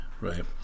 Right